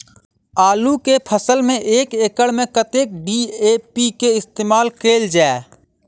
आलु केँ फसल मे एक एकड़ मे कतेक डी.ए.पी केँ इस्तेमाल कैल जाए?